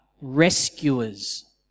rescuers